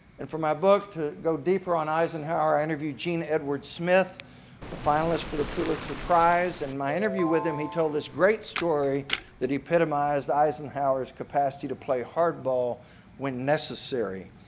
and for my book to go deeper on eisenhower i interviewed jean edward smith a finalist for the pulitzer prize and in my interview with him he told this great story that epitomized eisenhower's capacity to play hardball when necessary.